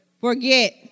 Forget